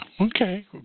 okay